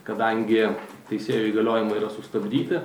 kadangi teisėjų įgaliojimai yra sustabdyti